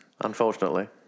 unfortunately